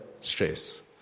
stress